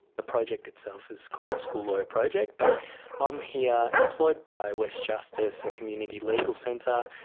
the project itself is called the school lawyer project. but i'm here employed by west justice, a community legal centre,